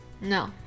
no